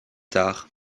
tard